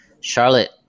Charlotte